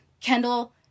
kendall